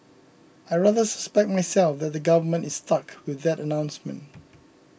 I rather suspect myself that the government is stuck with that announcement